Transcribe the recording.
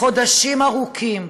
אך חודשים ארוכים,